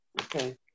okay